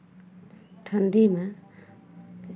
ठण्ढीमे